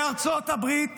בארצות הברית